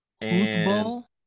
football